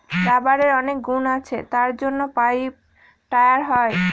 রাবারের অনেক গুণ আছে তার জন্য পাইপ, টায়ার হয়